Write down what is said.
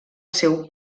seu